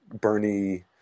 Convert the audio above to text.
Bernie